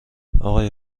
اقای